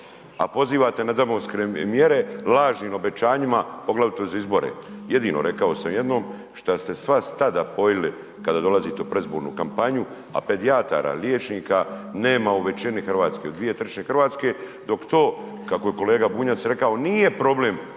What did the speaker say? a pozovite na demografske mjere lažnim obećanjima, poglavito za izbore, jedino rekao sam jednom šta ste sva stada pojili kada dolazite u predizbornu kampanju, a pedijatara, liječnika nema u većini u RH, u 2/3 RH, dok to kako je kolega Bunjac rekao nije problem